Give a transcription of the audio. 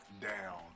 down